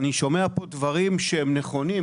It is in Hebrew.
אני שומע פה דברים שהם נכונים,